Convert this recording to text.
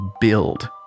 build